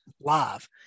live